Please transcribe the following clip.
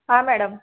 हां मॅडम